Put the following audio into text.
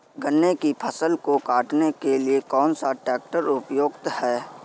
गन्ने की फसल को काटने के लिए कौन सा ट्रैक्टर उपयुक्त है?